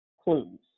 clues